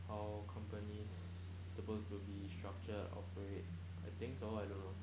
how company is supposed to be structure operate I think so I don't know